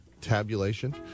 tabulation